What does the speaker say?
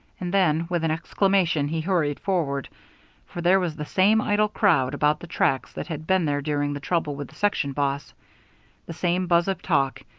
and then, with an exclamation, he hurried forward for there was the same idle crowd about the tracks that had been there during the trouble with the section boss the same buzz of talk,